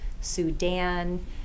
Sudan